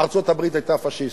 ארצות-הברית היתה פאשיסטית.